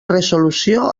resolució